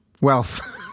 wealth